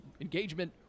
engagement